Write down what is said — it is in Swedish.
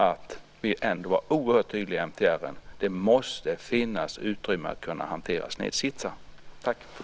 Vi var ändå oerhört tydliga i fråga om MTR: Det måste finnas utrymme för att kunna hantera snedsitsar.